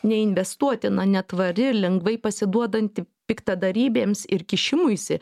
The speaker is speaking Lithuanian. neinvestuotina netvari lengvai pasiduodanti piktadarybėms ir kišimuisi